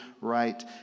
right